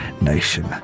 nation